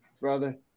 brother